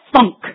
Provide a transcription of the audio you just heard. funk